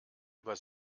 über